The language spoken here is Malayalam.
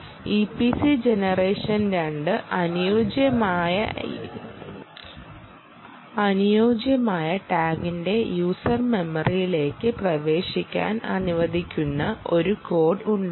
EPC gen 2 അനുയോജ്യമായ ടാഗിന്റെ യൂസർ മെമ്മറിയിലേക്ക് പ്രവേശിക്കാൻ അനുവദിക്കുന്ന ഒരു കോഡ് ഉണ്ടാക്കും